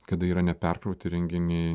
kada yra neperkrauti renginiai